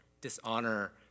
dishonor